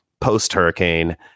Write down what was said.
post-hurricane